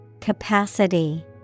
Capacity